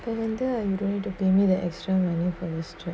இப்ப வந்து:ippa vanthu you don't need to pay me the extra money for the strap